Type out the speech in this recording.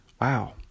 wow